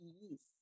yeast